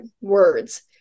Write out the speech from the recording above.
words